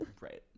Right